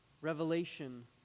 revelation